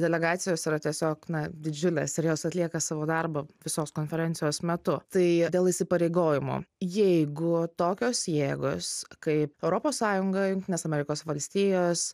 delegacijos yra tiesiog na didžiulės ir jos atlieka savo darbą visos konferencijos metu tai dėl įsipareigojimų jeigu tokios jėgos kaip europos sąjunga jungtinės amerikos valstijos